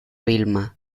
vilma